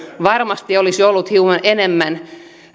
varmasti olisi ollut hiukan enemmän